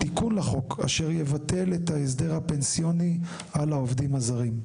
תיקון לחוק אשר יבטל את ההסדר הפנסיוני על העובדים הזרים.